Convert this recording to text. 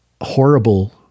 horrible